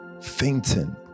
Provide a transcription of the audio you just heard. fainting